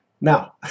Now